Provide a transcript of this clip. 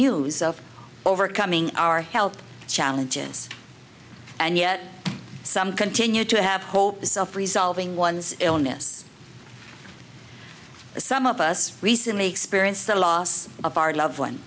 of overcoming our health challenges and yet some continue to have hopes of resolving ones illness some of us recently experienced a loss of our loved one